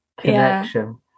connection